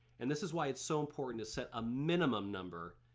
and this is why it's so important to set a minimum number,